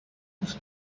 sus